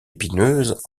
épineuses